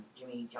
Jimmy